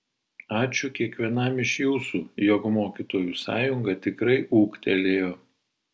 ačiū kiekvienam iš jūsų jog mokytojų sąjunga tikrai ūgtelėjo